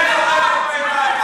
בתוך מדינת ישראל.